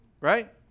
Right